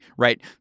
right